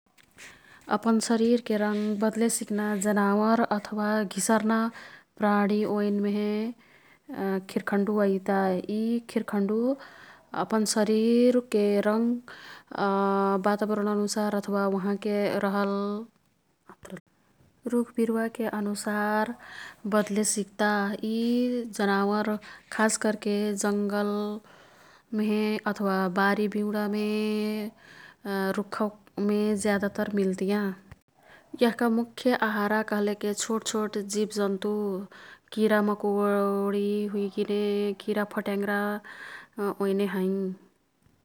अपन शरिरके रंग बद्ले सिक्ना जनावर अथवा घिसर्ना प्राणी ओईनमेहे खिर्खुन्डु अईता। यी खिर्खुन्डु अपन शरीरके रंग वातावरण अनुसार अथवा वहाँके रहल रुखविरुवाके अनुसार बद्ले सिक्ता। यी जनावर खास कर्के जंगलमेहे अथवा बारीबिउंडामे, रुख्खामे ज्यादातर मिल्तियाँ। यह्का मुख्य आहारा कह्लेक छोटछोट जीवजन्तु किरा मकोरी हुइगिने, किरा फट्यांग्रा ओईने हैं।